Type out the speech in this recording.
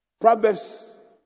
Proverbs